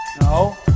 No